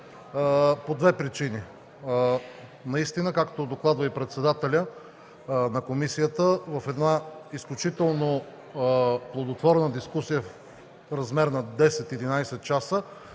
по две причини. Наистина, както докладва председателят на комисията, след една изключително ползотворна дискусия в размер на 10-11 часа